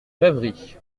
rêverie